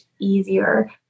easier